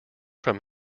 from